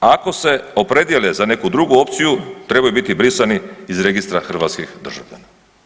Ako se opredijele za neku drugu opciju, trebaju biti brisani iz registra hrvatskih državljana.